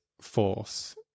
force